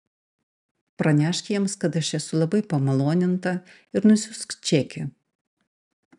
pranešk jiems kad aš esu labai pamaloninta ir nusiųsk čekį